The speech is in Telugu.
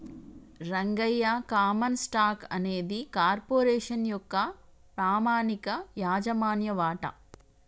రంగయ్య కామన్ స్టాక్ అనేది కార్పొరేషన్ యొక్క పామనిక యాజమాన్య వాట